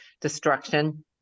destruction